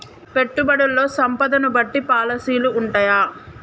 పెట్టుబడుల్లో సంపదను బట్టి పాలసీలు ఉంటయా?